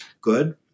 good